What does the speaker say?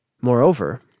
Moreover